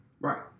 Right